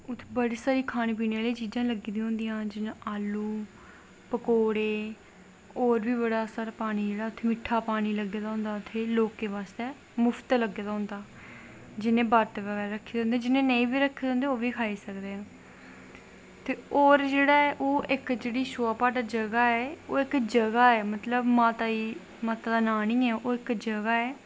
उत्थें बड़ी सारी खाने पीने आह्लियां चीजां लग्गी दियां होंदियां जियां आलू पकौड़े होर बी बड़ा सारा पानी उत्थें मिट्टा पैनी लग्गे दा होंदा उत्थें लोकैं बास्तै मुफ्त लग्गे दा होंदा जिनैं ब्रत बगैरा रक्के दे होंदे जिनें नेईं रक्खे दे होंदे ओह् बी खाही सकद् न और इक जेह्ड़ा ऐ इक शोआपाटा जगाह् ऐ इक जगाह् ऐ मतलव माता दा ना नी ऐ ओह् इक जगाह् ऐ